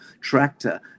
tractor